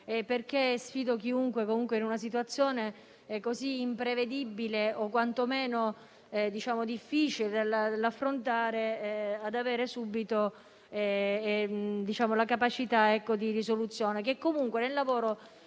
Sfido chiunque, in una situazione così imprevedibile o quantomeno difficile da affrontare, ad avere subito la capacità di risoluzione,